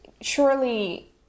surely